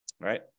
right